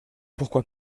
pourquoi